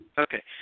Okay